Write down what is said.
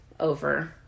over